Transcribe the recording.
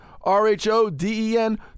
R-H-O-D-E-N